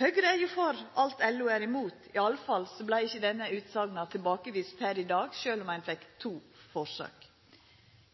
Høgre er jo for alt LO er imot. I alle fall vart ikkje denne utsegna tilbakevist her i dag, sjølv om ein fekk to forsøk.